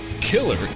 killer